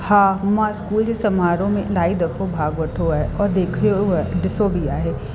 हा मां स्कूल जे समारोह में इलाही दफ़ो भाग वठो आहे औरि देखियो आहे ॾिसो बि आहे